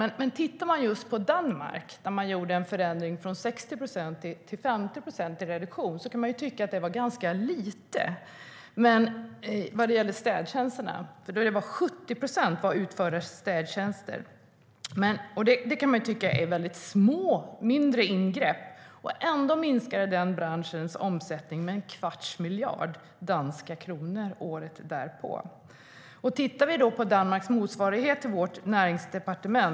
Men man kan titta just på Danmark, där man gjorde en förändring från 60 procent till 50 procent i reduktion. Man kan tycka att det var en ganska liten förändring vad gäller städtjänsterna - 70 procent var nämligen utförda städtjänster. Det kan man tycka är ett mindre ingrepp. Ändå minskade den branschens omsättning med en kvarts miljard danska kronor året därpå. Vi kan titta på Danmarks motsvarighet till vårt näringsdepartement.